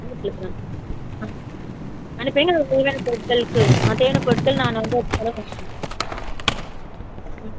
எந்த இடத்துல இருக்குது மேம் ஆ அனுப்பி வையுங்க தேவையான பொருட்களுக்கு நான் தேவையான பொருட்கள் நான் வந்து சொல்லணும் ம்